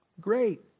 Great